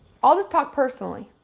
ah ll just talk personally,